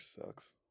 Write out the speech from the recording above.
sucks